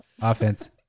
offense